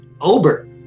Ober